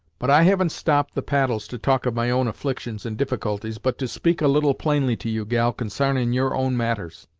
but, i haven't stopped the paddles to talk of my own afflictions and difficulties, but to speak a little plainly to you, gal, consarnin' your own matters.